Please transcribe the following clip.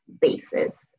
basis